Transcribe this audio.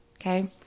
Okay